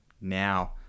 Now